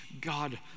God